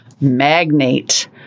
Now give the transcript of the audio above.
magnate